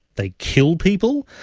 they kill people.